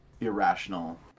irrational